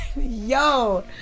Yo